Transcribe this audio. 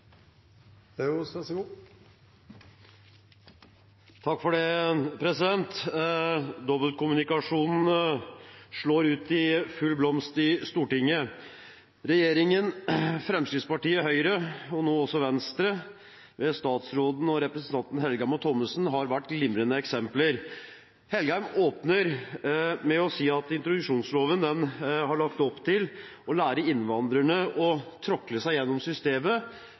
nå også Venstre – ved statsråden, og representantene Engen-Helgheim og Thommessen har vært glimrende eksempler. Engen-Helgheim åpner med å si at introduksjonsloven har lagt opp til å lære innvandrerne å tråkle seg gjennom systemet,